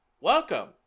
Welcome